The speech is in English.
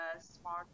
smart